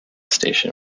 station